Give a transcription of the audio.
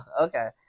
Okay